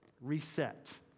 Reset